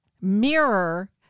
mirror